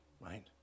right